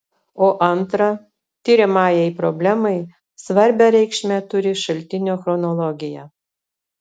o antra tiriamajai problemai svarbią reikšmę turi šaltinio chronologija